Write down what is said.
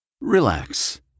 Relax